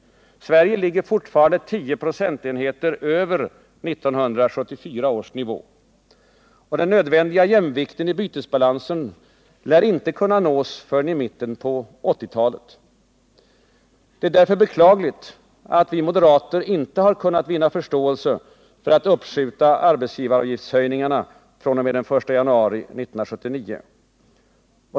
Sverige ligger fortfarande 10 procentenheter över 1974 års nivå. Och den nödvändiga jämvikten i bytesbalansen lär inte kunna nås förrän i mitten av 1980-talet. Det är därför beklagligt att vi moderater inte kunnat vinna förståelse för att uppskjuta höjningen av arbetsgivaravgifterna fr.o.m. den 1 januari 1979.